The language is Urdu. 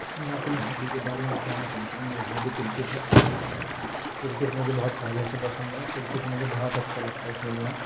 میں اپنی ہابی کے بارے میں بتانا چاہتا ہوں میری ہابی کرکٹ ہے کرکٹ مجھے بہت پہلے سے پسند ہے کرکٹ مجھے بہت اچھا لگتا ہے کھیلنا